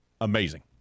Amazing